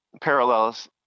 parallels